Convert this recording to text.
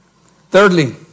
Thirdly